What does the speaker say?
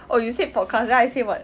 oh you said podcast then I said what